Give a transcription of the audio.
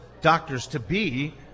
doctors-to-be